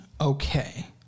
okay